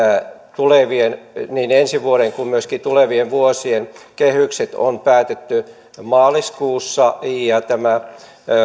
tulevien vuosien niin ensi vuoden kuin myöskin tulevien vuosien kehykset on päätetty maaliskuussa ja tämä